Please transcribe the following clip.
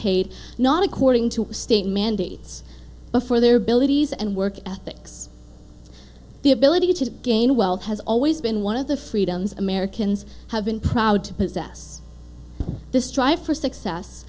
paid not according to state mandates before their abilities and work ethics the ability to gain wealth has always been one of the freedoms americans have been proud to possess to strive for success